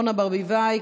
אורנה ברביבאי,